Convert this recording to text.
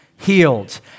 healed